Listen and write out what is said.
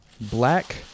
black